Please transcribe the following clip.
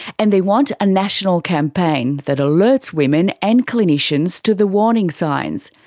and they want a national campaign that alerts women and clinicians to the warning signs.